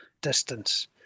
distance